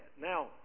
Now